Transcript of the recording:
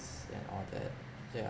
and all that yeah